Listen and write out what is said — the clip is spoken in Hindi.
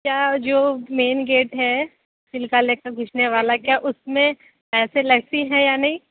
क्या जो मेन गेट है सिल्का लेक में घुसने वाला क्या उस में पैसे लगते हैं या नहीं